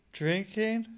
drinking